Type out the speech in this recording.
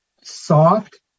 soft